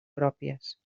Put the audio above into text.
pròpies